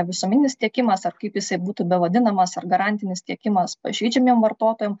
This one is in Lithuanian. visuomeninis tiekimas ar kaip jisai būtų bevadinamas ar garantinis tiekimas pažeidžiamiem vartotojam